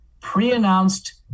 pre-announced